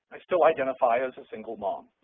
i still identify as a single mom.